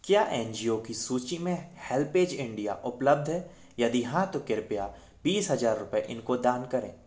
क्या N G O की सूचि में हेल्पऐज इंडिया उपलब्ध है यदि हाँ तो कृपया रु बीस हज़ार इसको दान करें